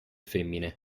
femmine